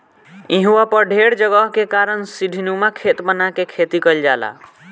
इहवा पर ढेर जगह के कारण सीढ़ीनुमा खेत बना के खेती कईल जाला